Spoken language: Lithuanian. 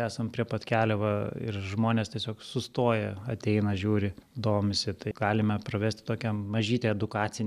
esam prie pat kelio va ir žmonės tiesiog sustoja ateina žiūri domisi tai galime pravesti tokią mažytę edukacinę